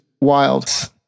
wild